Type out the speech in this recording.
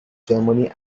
germany